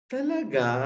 Talaga